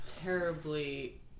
terribly